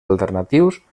alternatius